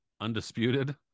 undisputed